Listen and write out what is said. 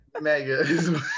Mega